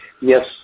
Yes